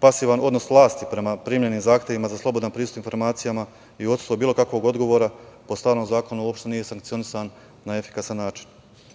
Pasivan odnos vlasti prema primljenim zahtevima za slobodan pristup informacijama i odsustvo bilo kakvog odgovora po starom zakonu uopšte nije sankcionisan na efikasan način.